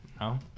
No